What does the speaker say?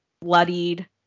Bloodied